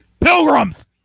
Pilgrims